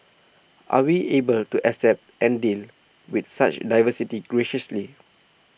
are we able to accept and deal with such diversity graciously